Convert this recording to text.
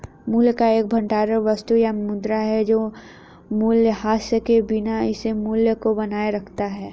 मूल्य का एक भंडार वस्तु या मुद्रा है जो मूल्यह्रास के बिना इसके मूल्य को बनाए रखता है